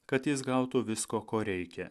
kad jis gautų visko ko reikia